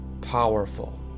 powerful